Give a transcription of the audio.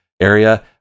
area